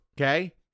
Okay